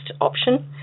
option